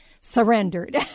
surrendered